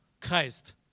Christ